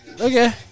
Okay